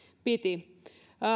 piti